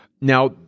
Now